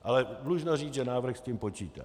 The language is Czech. Ale dlužno říci, že návrh s tím počítá.